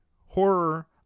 horror